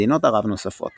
מדינות-ערב נוספות